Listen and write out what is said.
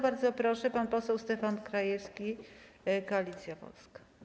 Bardzo proszę, pan poseł Stefan Krajewski, Koalicja Polska.